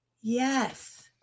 Yes